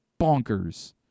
bonkers